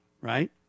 Right